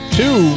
two